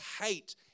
hate